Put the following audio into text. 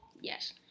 yes